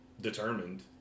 determined